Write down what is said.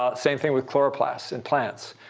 ah same thing with chloroplasts and plants,